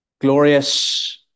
Glorious